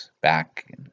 back